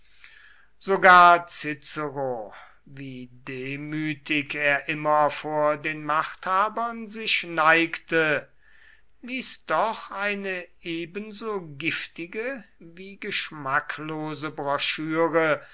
sogar cicero wie demütig er immer vor den machthabern sich neigte ließ doch auch eine ebenso giftige wie geschmacklose broschüre